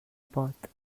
pot